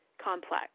complex